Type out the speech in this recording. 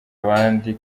abandi